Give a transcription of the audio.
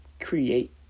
create